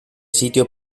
sitio